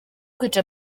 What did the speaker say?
kwica